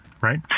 right